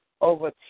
over